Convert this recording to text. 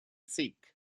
sikh